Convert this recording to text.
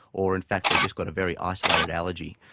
or in fact they just got a very isolated allergy,